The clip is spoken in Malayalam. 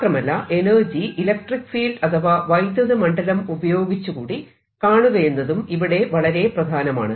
മാത്രമല്ല എനർജി ഇലക്ട്രിക്ക് ഫീൽഡ് അഥവാ വൈദ്യുത മണ്ഡലം ഉപയോഗിച്ച് കൂടി കാണുകയെന്നതും ഇവിടെ വളരെ പ്രധാനമാണ്